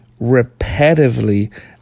repetitively